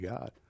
God